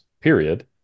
period